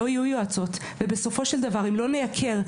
לא יהיו יועצות ובסופו של דבר,